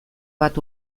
bat